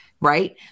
Right